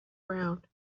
round